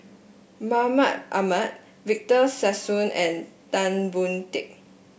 Mahmud Ahmad Victor Sassoon and Tan Boon Teik